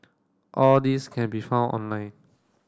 all these can be found online